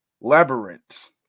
labyrinth